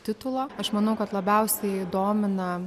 titulo aš manau kad labiausiai domina